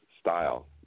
style